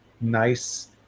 nice